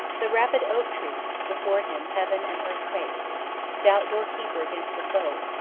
the rapid oak-tree before him heaven and earth quake stout door-keeper against the foe.